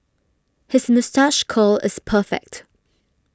his moustache curl is perfect